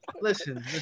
Listen